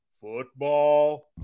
Football